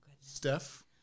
Steph